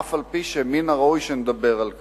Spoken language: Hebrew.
אף-על-פי שמן הראוי שנדבר על כך.